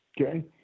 Okay